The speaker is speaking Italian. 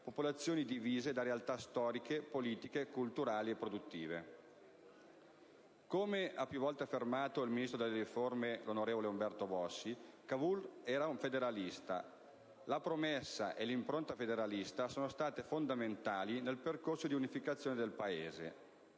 popolazioni divise da realtà storiche, politiche, culturali, produttive. Come ha più volte affermato il Ministro delle riforme per il federalismo, onorevole Umberto Bossi, «Cavour era federalista, la promessa e l'impronta federalista sono state fondamentali nel percorso dì unificazione del Paese.